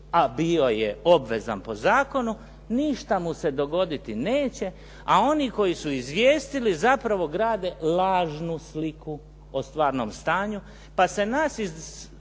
a bio je obvezan po zakonu, ništa mu se dogoditi neće, a oni koji su izvijestili zapravo grade lažnu sliku o stvarnom stanju pa se nas iz